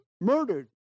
murdered